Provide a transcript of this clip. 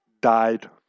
died